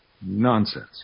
Nonsense